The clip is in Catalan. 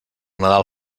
nadal